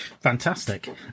Fantastic